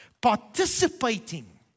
Participating